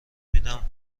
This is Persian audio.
میدم